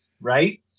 Right